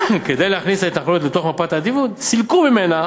כדי להכניס את ההתנחלויות לתוך מפת העדיפות סילקו ממנה